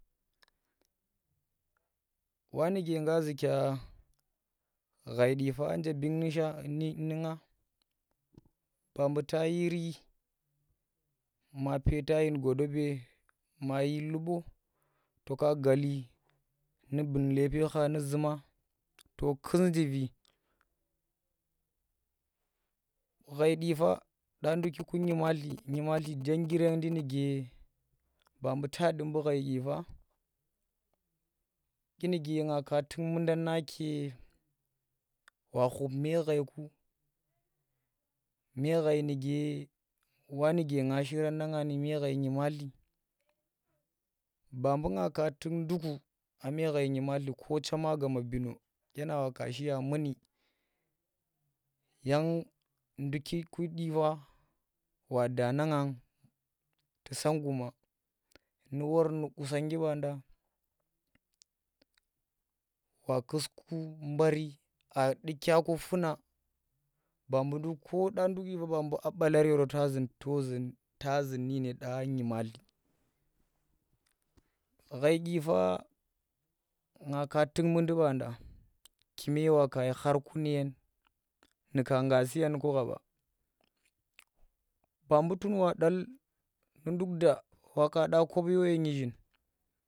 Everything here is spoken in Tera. Wa nuke nga zukya ghai dyija nje bing nu nga ba buu ta yiri ma peeta dyin ggodobe ma yir lubo to ka gatli nu bung lebe kha nu zuma to kus njivi ghai dyipa dya nduki nyimatli njengerendi nuke ba mbu ta ndi mbu ghai dyipa dyinuke nga tuk mundan wa khup meghaiku meghai nuge wa nu nga shiran nanga nu meghai nyimatli ba mbu nga ka tuk nduku a me ghai nu me nyemalti ko chema gama bino na nga waka shiya muni yang ndukiku dyipa wa da na nga nu gumanu war nu war nu qusanggi banda wa kus mbaari aa dukya ku funa ba bunduk dyipa ba buu a balari ta zun nu dya nymatli ghai dyipa nga ka tuk mundi banda kume wakashi khar nuyen nuka nga suyen ku khaba buu tun wa datli nunduk da wa ka ɗa kopyo ye nizhiin.